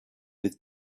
with